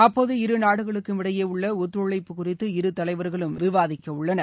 அப்போது இரு நாடுகளுக்கும் இடையே உள்ள ஒத்துழைப்பு குறித்து இரு தலைவர்களும் விவாதிக்க உள்ளனர்